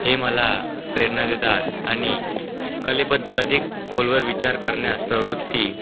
हे मला प्रेरणा देतात आणि कलेबद्दल अधिक खोलवर विचार करण्यास प्रवृत्ती